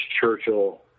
Churchill